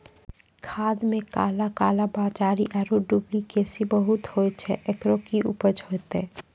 खाद मे काला कालाबाजारी आरु डुप्लीकेसी बहुत होय छैय, एकरो की उपाय होते?